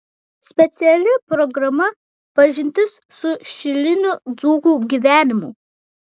speciali programa pažintis su šilinių dzūkų gyvenimu